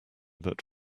that